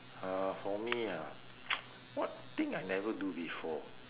uh for me ah what thing I never do before